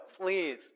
Please